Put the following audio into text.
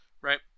right